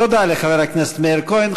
תודה לחבר הכנסת מאיר כהן.